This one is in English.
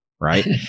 right